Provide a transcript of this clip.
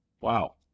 Wow